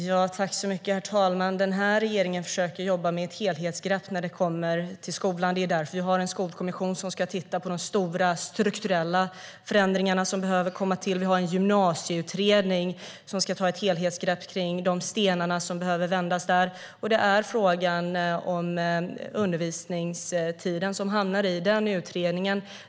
Herr talman! Den här regeringen försöker jobba med ett helhetsgrepp för skolan. Det är därför vi har en skolkommission som ska titta på de stora, strukturella förändringar som behöver komma till. Vi har en gymnasieutredning som ska ta ett helhetsgrepp på de stenar som man behöver vända på där. Frågan om undervisningstid hamnar i den utredningen.